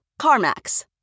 CarMax